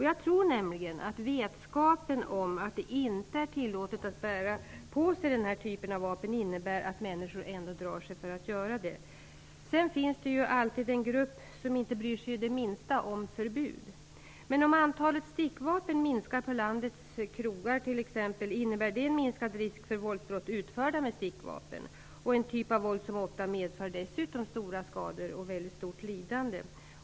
Jag tror nämligen att vetskapen om att det inte är tillåtet att bära på sig den här typen av vapen innebär att människor ändå drar sig för att göra det. Sedan finns det alltid en grupp som inte bryr sig det minsta om förbud. Men om antalet stickvapen minskar på landets krogar, innebär det minskad risk för våldsbrott utförda med stickvapen och en typ av våld som dessutom ofta medför stora skador och väldigt stort lidande.